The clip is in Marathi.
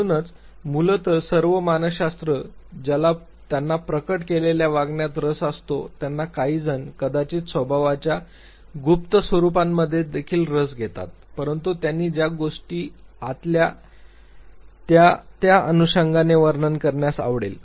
म्हणूनच मूलत सर्व मानसशास्त्रज्ञ ज्याला त्यांना प्रकट केलेल्या वागण्यात रस असतो त्यांना काहीजण कदाचित स्वभावाच्या गुप्त स्वरूपामध्ये देखील रस घेतात परंतु त्यांना ज्या गोष्टी आतल्या त्या त्या अनुषंगाने वर्णन करण्यास आवडेल